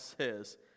says